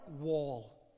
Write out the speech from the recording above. wall